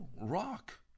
rock